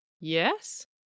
yes